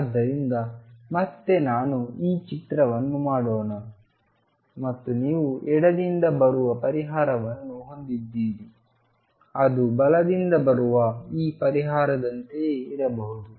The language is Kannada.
ಆದ್ದರಿಂದ ಮತ್ತೆ ನಾನು ಈ ಚಿತ್ರವನ್ನು ಮಾಡೋಣ ಮತ್ತು ನೀವು ಎಡದಿಂದ ಬರುವ ಪರಿಹಾರವನ್ನು ಹೊಂದಿದ್ದೀರಿ ಅದು ಬಲದಿಂದ ಬರುವ ಈ ಪರಿಹಾರದಂತೆಯೇ ಇರಬಹುದು